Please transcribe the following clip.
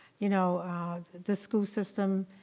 you know the school system,